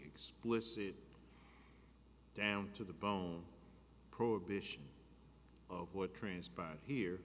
explicit down to the bone prohibition of what transpired here